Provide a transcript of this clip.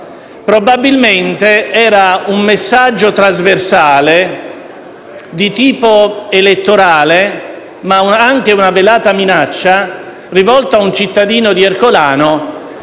probabilmente era un messaggio trasversale di tipo elettorale, ma anche una velata minaccia, rivolta a un cittadino di Ercolano,